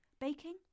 Baking